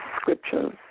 scriptures